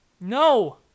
No